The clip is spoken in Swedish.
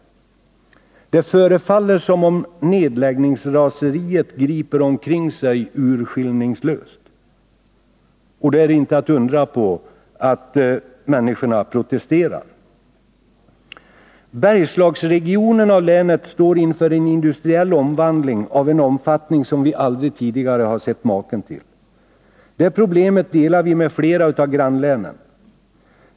Det förefaller som om nedläggningsraseriet griper omkring sig urskillningslöst. Det är inte att undra på att människorna protesterar. Bergslagsregionen i Örebro län står inför en industriell omvandling av en omfattning som vi aldrig tidigare har sett maken till. Det problemet delar vi med flera av grannlänen.